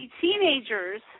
teenagers